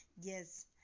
Yes